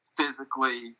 physically